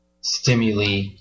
stimuli